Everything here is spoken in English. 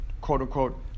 quote-unquote